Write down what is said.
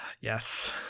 Yes